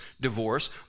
divorce